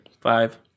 five